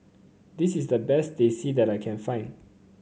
this is the best Teh C that I can find